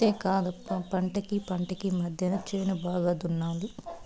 అంతేకాదప్ప పంటకీ పంటకీ మద్దెన చేను బాగా దున్నాలి